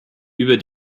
über